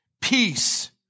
peace